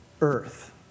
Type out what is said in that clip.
earth